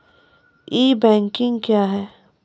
ई banking क्या हैं?